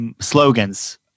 slogans